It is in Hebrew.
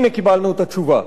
הנה קיבלנו את התשובה.